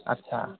आस्सा